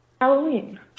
Halloween